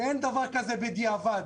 אין דבר כזה בדיעבד,